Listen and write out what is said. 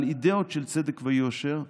על אידיאות של צדק ויושר ועל,